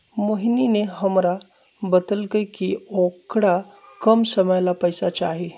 मोहिनी ने हमरा बतल कई कि औकरा कम समय ला पैसे चहि